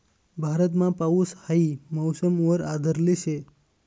भारतमा पाऊस हाई मौसम वर आधारले शे